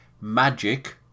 magic